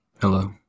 Hello